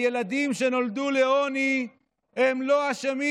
הילדים שנולדו לעוני לא אשמים.